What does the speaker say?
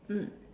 mm